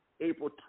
April